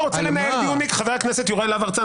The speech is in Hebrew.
חבר הכנסת ולדימיר בליאק,